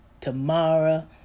tomorrow